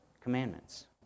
commandments